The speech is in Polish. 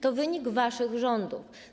To wynik waszych rządów.